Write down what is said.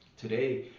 Today